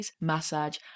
massage